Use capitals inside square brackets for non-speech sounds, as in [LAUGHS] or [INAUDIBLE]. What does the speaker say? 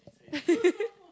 [LAUGHS]